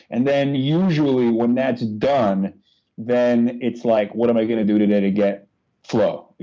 and then usually when that's done then it's like what am i going to do today to get flow, you